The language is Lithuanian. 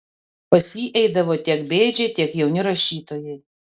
pas jį eidavo tiek bėdžiai tiek jauni rašytojai